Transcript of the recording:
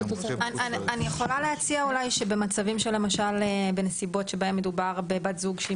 אני יכולה להציע אולי שבמצבים למשל בנסיבות שבהן מדובר בבת זוג שהיא